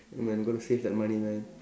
man going to save that money man